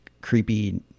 creepy